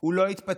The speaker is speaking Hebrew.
הוא לא התפטר,